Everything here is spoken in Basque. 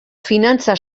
finantza